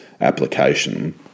application